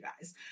guys